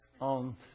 on